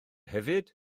hefyd